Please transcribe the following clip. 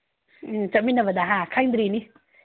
ꯎꯝ ꯆꯠꯃꯤꯟꯅꯕꯗ ꯍꯥ ꯈꯪꯗ꯭ꯔꯤꯅꯤ